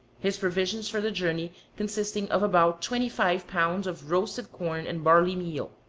his provisions for the journey consisting of about twenty-five pounds of roasted corn and barley-meal.